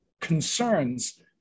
concerns